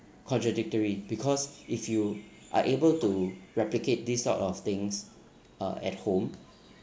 contradictory because if you are able to replicate these sort of things uh at home